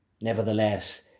Nevertheless